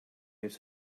heeft